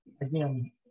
again